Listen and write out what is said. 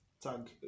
tag